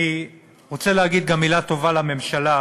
אני רוצה להגיד גם מילה טובה לממשלה,